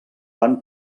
van